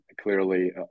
clearly